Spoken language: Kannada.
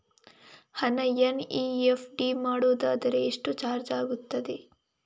ಹಣ ಎನ್.ಇ.ಎಫ್.ಟಿ ಮಾಡುವುದಾದರೆ ಎಷ್ಟು ಚಾರ್ಜ್ ಆಗುತ್ತದೆ?